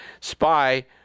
spy